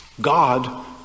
God